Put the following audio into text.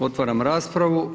Otvaram raspravu.